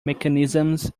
mechanisms